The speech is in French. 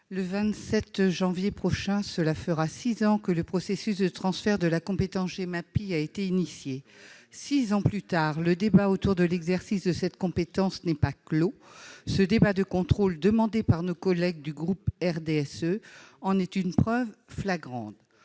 le 27 janvier prochain, cela fera six ans que le processus de transfert de la compétence Gemapi a été engagé. Six ans plus tard, la discussion autour de l'exercice de cette compétence n'est pas close. Ce débat de contrôle demandé par nos collègues du groupe du RDSE en est une preuve flagrante.